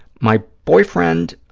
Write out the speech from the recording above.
my boyfriend,